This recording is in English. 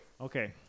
okay